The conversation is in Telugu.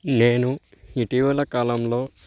నేను ఇటీవల కాలంలో